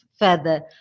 further